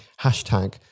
hashtag